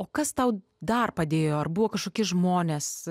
o kas tau dar padėjo ar buvo kažkokie žmonės